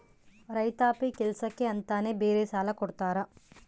ರೈತಾಪಿ ಕೆಲ್ಸಕ್ಕೆ ಅಂತಾನೆ ಬೇರೆ ಸಾಲ ಕೊಡ್ತಾರ